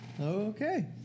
Okay